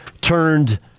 turned